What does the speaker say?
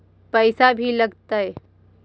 पैसा भी लगतय?